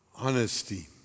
Honesty